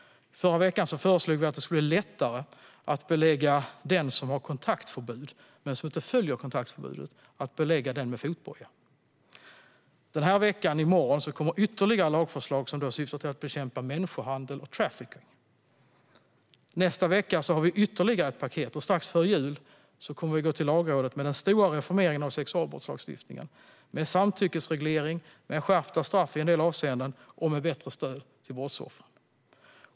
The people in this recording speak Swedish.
Förra veckan föreslog vi att det ska bli lättare att belägga den som har kontaktförbud, men som inte följer kontaktförbudet, med fotboja. I morgon kommer ytterligare lagförslag som syftar till att bekämpa människohandel och trafficking. Nästa vecka har vi ytterligare ett paket. Och strax före jul kommer vi att gå till Lagrådet med den stora reformeringen av sexualbrottslagstiftningen med en samtyckesreglering, med skärpta straff i en del avseenden och med bättre stöd till brottsoffer.